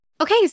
Okay